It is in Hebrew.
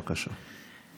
בבקשה.